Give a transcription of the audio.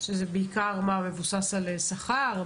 שזה בעיקר מבוסס על שכר.